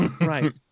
right